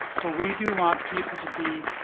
but we do want people to be